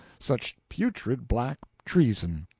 such putrid black treason.